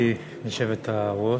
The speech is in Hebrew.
היושבת-ראש,